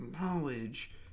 knowledge